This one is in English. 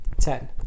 Ten